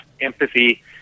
empathy